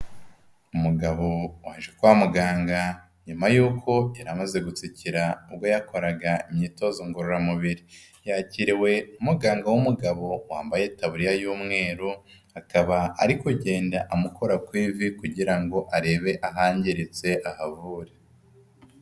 Umugabo waje kwa muganga, nyuma yuko yari amaze gutsikira, ubwo yakoraga imyitozo ngororamubiri. Yakiriwe n'umuganga w'umugabo wambaye itaburiya y'umweru, akaba ari kugenda amukora ku ivi, kugira ngo arebe ahangiritse, ahavure.